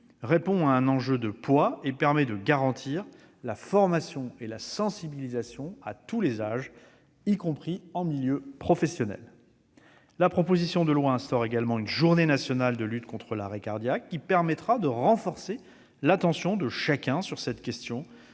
répond à un enjeu de poids en permettant de garantir la formation et la sensibilisation à tous les âges, y compris en milieu professionnel. La proposition de loi instaure également une journée nationale de lutte contre l'arrêt cardiaque, qui permettra de renforcer l'attention de chacun à cette question